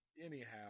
anyhow